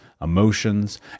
emotions